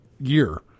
year